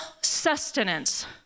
sustenance